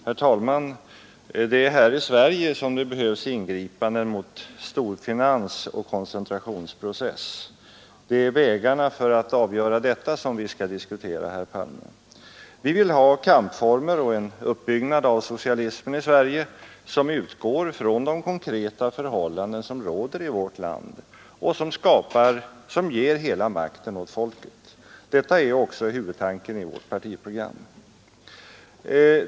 Herr talman! Det är här i Sverige som det behövs ingripanden mot storfinans och koncentrationsprocess. Det är vägarna för att avgöra detta som vi skall diskutera, herr Palme. Vi vill ha kampformer och en uppbyggnad av socialismen i Sverige som utgår från de konkreta förhållanden som råder i vårt land och som ger hela makten åt folket. Detta är också huvudtanken i vårt partiprogram.